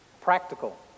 practical